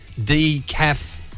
decaf